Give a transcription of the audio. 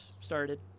started